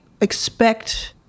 expect